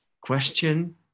question